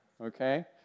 okay